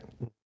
right